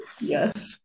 Yes